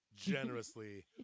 generously